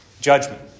Judgment